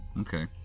Okay